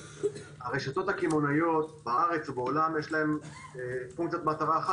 לרשתות הקמעונאיות בארץ ובעולם יש מטרה אחת